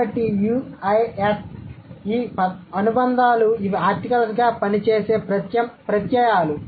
కాబట్టి u i at ఈ అనుబంధాలు ఇవి ఆర్టికల్స్లా పని చేసే ప్రత్యయాలు